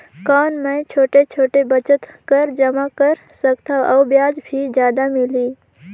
कौन मै छोटे छोटे बचत कर जमा कर सकथव अउ ब्याज भी जादा मिले?